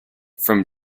from